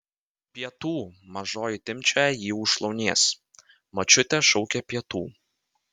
pietų mažoji timpčioja jį už šlaunies močiutė šaukia pietų